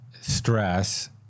stress